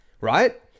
Right